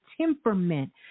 temperament